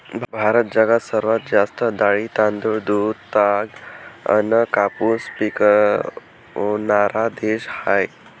भारत जगात सर्वात जास्त डाळी, तांदूळ, दूध, ताग अन कापूस पिकवनारा देश हाय